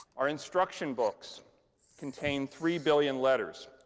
our instruction books contain three billion letters.